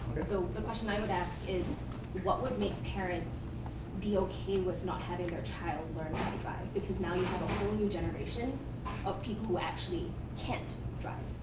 so the question i would ask is what would make parents be okay with not having their ah child learn how to drive? because now you have a whole new generation of people who actually can't drive.